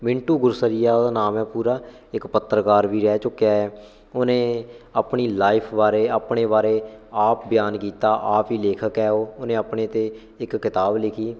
ਮਿੰਟੂ ਗੁਰਸਰੀਆ ਉਹਦਾ ਨਾਮ ਹੈ ਪੂਰਾ ਇੱਕ ਪੱਤਰਕਾਰ ਵੀ ਰਹਿ ਚੁੱਕਿਆ ਹੈ ਉਹਨੇ ਆਪਣੀ ਲਾਈਫ ਬਾਰੇ ਆਪਣੇ ਬਾਰੇ ਆਪ ਬਿਆਨ ਕੀਤਾ ਆਪ ਹੀ ਲੇਖਕ ਹੈ ਉਹ ਉਹਨੇ ਆਪਣੇ 'ਤੇ ਇੱਕ ਕਿਤਾਬ ਲਿਖੀ